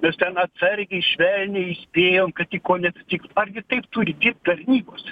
nes ten atsargiai švelniai įspėjom kad tik ko ne tik argi taip turi dirbt tarnybos